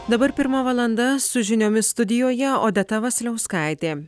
dabar pirma valanda su žiniomis studijoje odeta vasiliauskaitė